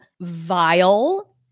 vile